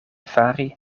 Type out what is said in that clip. fari